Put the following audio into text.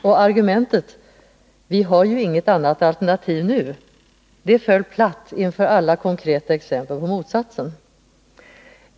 Och argumentet ”vi har ju inget annat alternativ nu” föll platt inför alla konkreta exempel på motsatsen.